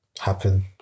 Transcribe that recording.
happen